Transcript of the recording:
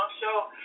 show